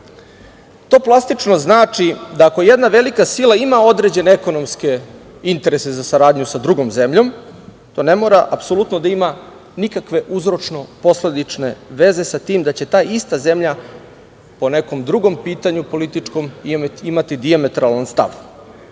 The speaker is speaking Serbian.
plastično znači da ako jedna velika sila ima određene ekonomske interese za saradnju sa drugom zemljom, to ne mora apsolutno da ima nikakve uzročno-posledične veze sa tim da će ta ista zemlja, po nekom drugom pitanju političkom, imati dijametralan stav.